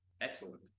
excellent